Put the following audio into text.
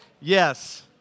yes